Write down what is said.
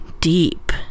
deep